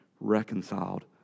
reconciled